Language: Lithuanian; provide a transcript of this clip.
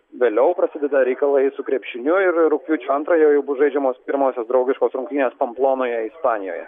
vėliau prasideda reikalai su krepšiniu ir rugpjūčio antrąją jau bus žaidžiamos pirmosios draugiškos rungtynės pamplonoje ispanijoje